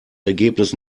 ergebnis